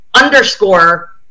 underscore